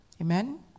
Amen